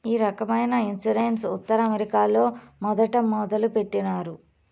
ఈ రకమైన ఇన్సూరెన్స్ ఉత్తర అమెరికాలో మొదట మొదలుపెట్టినారు